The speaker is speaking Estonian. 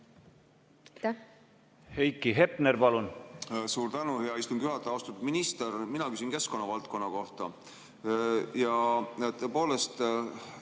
Heiki Hepner, palun!